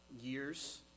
years